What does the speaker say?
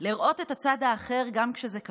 לראות את הצד האחר גם כשזה קשה,